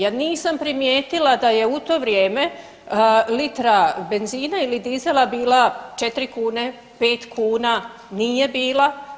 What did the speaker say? Ja nisam primijetila da je u to vrijeme litra benzina ili dizela bila 4 kune, 5 kuna nije bila.